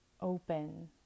open